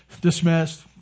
dismissed